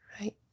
right